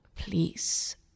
Please